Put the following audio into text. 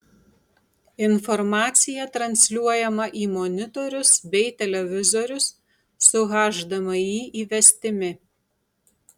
informacija transliuojama į monitorius bei televizorius su hdmi įvestimi